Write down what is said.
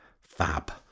Fab